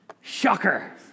Shocker